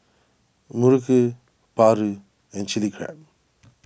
Muruku Paru and Chili Crab